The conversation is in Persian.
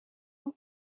اون